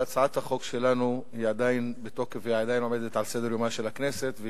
אבל הצעת החוק שלנו עדיין בתוקף ועדיין עומדת על סדר-יומה של הכנסת,